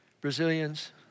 Brazilians